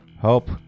help